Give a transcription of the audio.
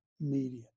media